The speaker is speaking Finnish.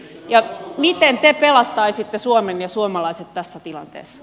miten te pelastaisitte suomen ja suomalaiset tässä tilanteessa